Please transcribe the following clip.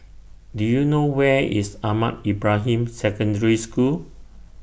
Do YOU know Where IS Ahmad Ibrahim Secondary School